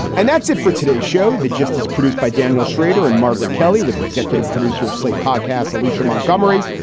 and that's it for today's show, the gist is produced by daniel shrader and margaret kelly with executive producer of slate podcasts, alicia montgomery.